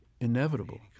inevitable